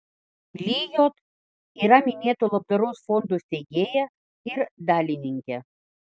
lijot yra minėto labdaros fondo steigėja ir dalininkė